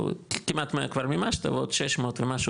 שכמעט 100 כבר מימשת ועד 600 ומשהו,